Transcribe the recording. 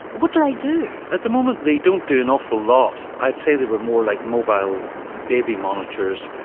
what do they do? at the moment they don't do an awful lot, i'd say they were more like mobile baby monitors,